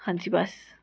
ਹਾਂਜੀ ਬਸ